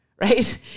right